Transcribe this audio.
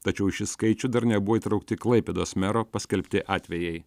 tačiau į šį skaičių dar nebuvo įtraukti klaipėdos mero paskelbti atvejai